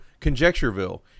Conjectureville